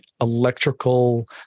electrical